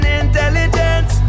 intelligence